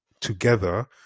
together